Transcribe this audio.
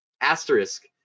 asterisk